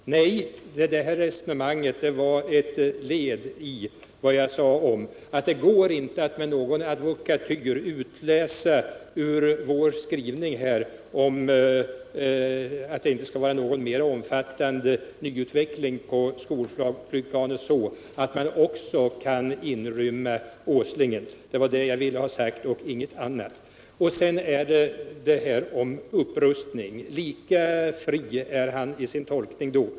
Nej, det här resonemanget var ett led i vad jag sade om att det inte går att läsa vår skrivning om att det inte skall vara någon ”mera omfattande” nyutveckling av skolflygplanet så, att det också kunde inrymma Åslingen. Det var det jag ville ha sagt och ingenting annat. Så det här om upprustning. Lika fri är Georg Danell i sin tolkning då.